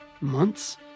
Months